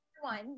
One